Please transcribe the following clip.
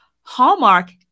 Hallmark